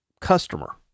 customer